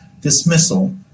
dismissal